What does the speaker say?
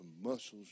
muscles